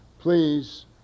Please